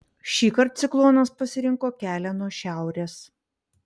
šįkart ciklonas pasirinko kelią nuo šiaurės